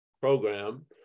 program